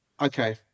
Okay